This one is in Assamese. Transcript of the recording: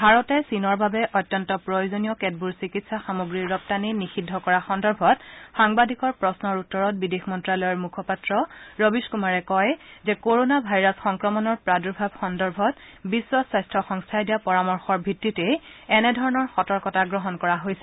ভাৰতে চীনৰ বাবে অত্যন্ত প্ৰয়োজনীয় কেতবোৰ চিকিৎসা সামগ্ৰীৰ ৰপ্তানি নিযিদ্ধ কৰা সন্দৰ্ভত সাংবাদিকৰ প্ৰশ্নৰ উত্তৰত বিদেশ মন্ত্যালয়ৰ মুখপাত্ৰ ৰবীশ কুমাৰে কয় যে কৰনা ভাইৰাছ সংক্ৰমণৰ প্ৰাদুৰ্ভাৱ সন্দৰ্ভত বিশ্ব স্বাস্থ্য সংস্থাই দিয়া পৰামৰ্শৰ ভিত্তিতেই এনেধৰণৰ সতৰ্কতা গ্ৰহণ কৰা হৈছে